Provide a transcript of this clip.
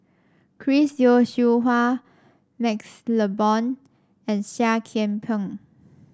Chris Yeo Siew Hua MaxLe Blond and Seah Kian Peng